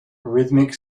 rhythmic